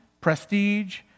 prestige